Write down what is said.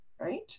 right